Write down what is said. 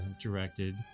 directed